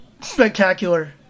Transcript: spectacular